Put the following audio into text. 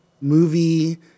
Movie